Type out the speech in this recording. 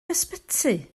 ysbyty